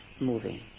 moving